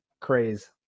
craze